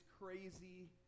crazy